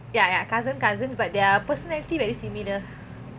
ya ya cousin cousins but their personality very similar